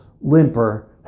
limper